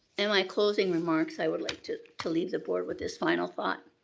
and my closing remarks i would like to to leave the board with this final thought.